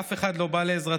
אף אחד לא בא לעזרתם,